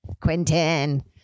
Quentin